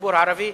לציבור הערבי.